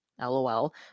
lol